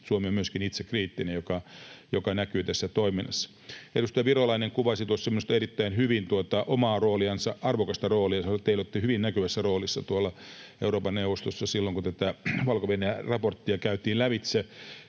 Suomi on myöskin itsekriittinen, mikä näkyy tässä toiminnassa. Edustaja Virolainen kuvasi tuossa minusta erittäin hyvin tuota omaa rooliansa, arvokasta roolia. Te olitte hyvin näkyvässä roolissa tuolla Euroopan neuvostossa silloin, kun tätä Valko-Venäjän raporttia käytiin lävitse.